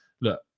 look